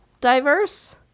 diverse